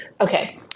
Okay